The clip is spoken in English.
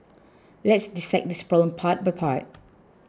let's dissect this problem part by part